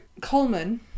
Coleman